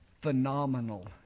phenomenal